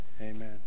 amen